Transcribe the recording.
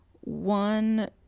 one